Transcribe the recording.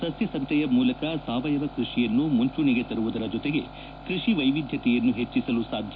ಸಸ್ನಸಂತೆಯ ಮೂಲಕ ಸಾವಯವ ಕೃಷಿಯನ್ನು ಮುಂಚೂಣಿಗೆ ತರುವುದರ ಜತೆಗೆ ಕೃಷಿ ವೈವಿಧ್ಯತೆಯನ್ನು ಹೆಚ್ಚಿಸಲು ಸಾಧ್ಯ